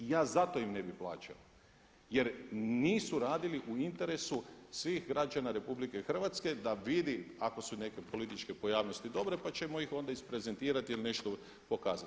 I ja zato im ne bi plaćao jer nisu radili u interesu svih građana RH da vidi ako su neke političke pojavnosti dobre pa ćemo ih onda isprezentirati ili nešto pokazati.